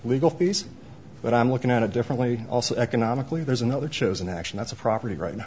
legal fees but i'm looking at a different way also economically there's another chosen action that's a property right now